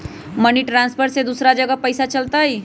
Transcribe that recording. Money transfer से दूसरा जगह पईसा चलतई?